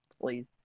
Please